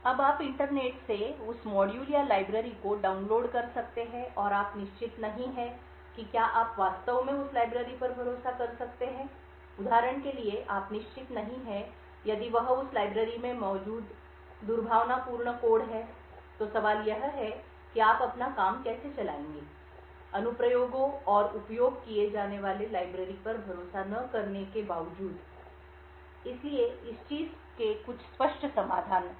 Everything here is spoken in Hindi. अब आप इंटरनेट से उस मॉड्यूल या लाइब्रेरी को डाउनलोड कर सकते हैं और आप निश्चित नहीं हैं कि क्या आप वास्तव में उस लाइब्रेरी पर भरोसा कर सकते हैं उदाहरण के लिए आप निश्चित नहीं हैं यदि वह उस लाइब्रेरी में मौजूद दुर्भावनापूर्ण कोड है तो सवाल यह है कि आप अपना काम कैसे चलाएंगे अनुप्रयोगों और उपयोग किए जाने वाले लाइब्रेरी पर भरोसा न करने के बावजूद इसलिए इस चीज़ के कुछ स्पष्ट समाधान हैं